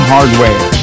Hardware